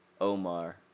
Omar